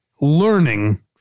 learning